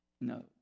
No